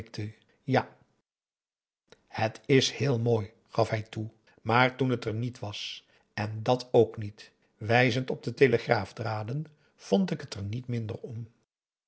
ja het is heel mooi gaf hij toe maar toen het er niet was en dàt ook niet wijzend op de telegraafdraden vond ik het er niet minder om